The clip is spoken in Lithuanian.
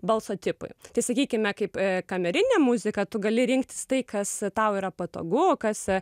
balso tipui tai sakykime kaip kamerinė muzika tu gali rinktis tai kas tau yra patogu kas